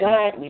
God